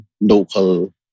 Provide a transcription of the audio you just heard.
local